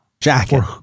jacket